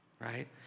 right